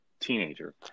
teenager